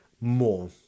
more